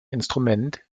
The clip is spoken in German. instrument